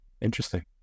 Interesting